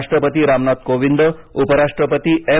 राष्ट्रपती रामनाथ कोविंद उपराष्ट्रपती एम